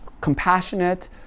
compassionate